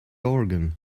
organ